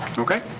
okay.